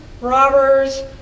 robbers